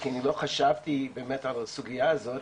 אני לא חשבתי באמת על הסוגיה הזאת.